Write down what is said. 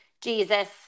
Jesus